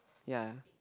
ya